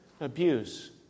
abuse